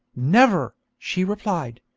never she replied.